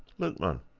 look, man!